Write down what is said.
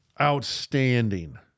Outstanding